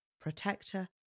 protector